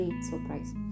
surprise